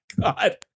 God